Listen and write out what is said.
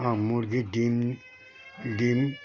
এবং মুরগির ডিম ডিম